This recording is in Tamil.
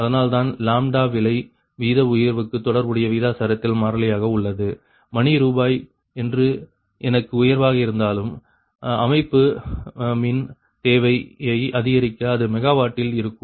அதனால் தான் லாம்ப்டா விலை வீத உயர்வுக்கு தொடர்புடைய விகிதாசாரத்தில் மாறிலியாக உள்ளது மணிக்கு ரூபாய் என்று என்ன உயர்வாக இருந்தாலும் அமைப்பு மின் தேவையை அதிகரிக்க அது மெகாவாட்டில் இருக்கும்